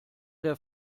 der